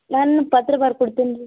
ನಾನು ಪತ್ರ ಬರ್ದು ಕೊಡ್ತೇನೆ ರೀ